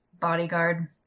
bodyguard